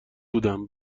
بودم